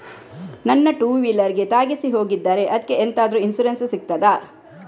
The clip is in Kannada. ನನ್ನ ಟೂವೀಲರ್ ಗೆ ತಾಗಿಸಿ ಹೋಗಿದ್ದಾರೆ ಅದ್ಕೆ ಎಂತಾದ್ರು ಇನ್ಸೂರೆನ್ಸ್ ಸಿಗ್ತದ?